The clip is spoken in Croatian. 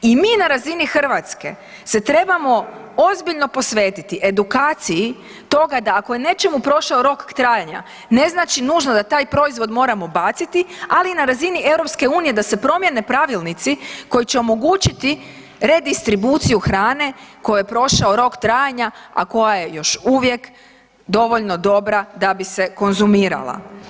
I mi na razini Hrvatske se trebamo ozbiljno posvetiti edukaciji toga da ako je neću prošao rok trajanja ne znači nužno da taj proizvod moramo baciti, ali i na razini EU da se promjene pravilnici koji će omogući redistribuciju hrane kojoj je prošao rok trajanja, a koja je još uvijek dovoljno dobra da bi se konzumirala.